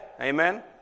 Amen